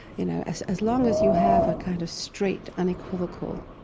you know as as long as you have a kind of straight, unequivocal,